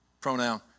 pronoun